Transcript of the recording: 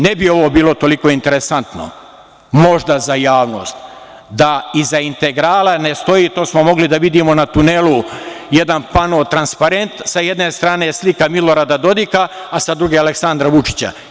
Ne bi ovo bilo toliko interesantno, možda za javnost, da iza „Integrala“ ne stoji, to smo mogli da vidimo na tunelu, jedan pano transparent – sa jedne strane slika Milorada Dodika, a sa druge Aleksandra Vučića.